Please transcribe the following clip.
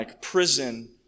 prison